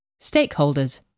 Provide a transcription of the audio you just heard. Stakeholders